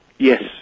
Yes